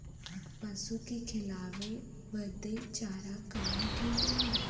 पशु के खिलावे बदे चारा कवन ठीक रही?